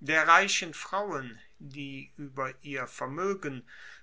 der reichen frauen die ueber ihr vermoegen